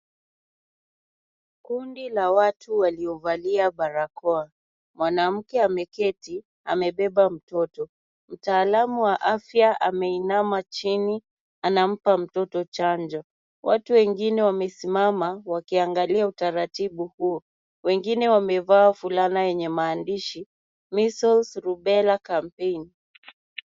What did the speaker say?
Kundi la watu waliovalia barakoa, mwanamke ameketi, amebeba mtoto. Mtaalamu wa afya ameinama chini, anampa mtoto chanjo. Watu wengine wamesimama, wakiangalia utaratibu huo. Wengine wamevaa fulana yenye maandishi measles, rubella campaign .